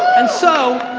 and so,